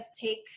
take